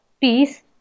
peace